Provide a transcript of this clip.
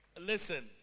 Listen